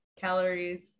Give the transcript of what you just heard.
calories